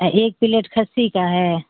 ایک پلیٹ کھسی کا ہے